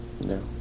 No